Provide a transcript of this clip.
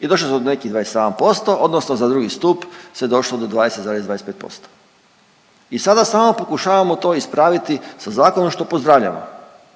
i došlo se do nekih 27% odnosno za II. stup se došlo do 20,25% i sada samo pokušavamo to ispraviti sa zakonom, što pozdravljamo